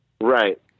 Right